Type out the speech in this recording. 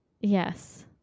Yes